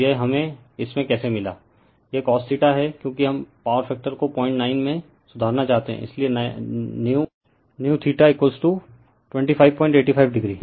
तो यह हमें इसमें कैसे मिला है यह cos हैं क्योंकि हम पॉवर फैक्टर को 09 में सुधारना चाहते हैं इसलिए न्यू 2585 o